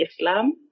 Islam